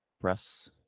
Press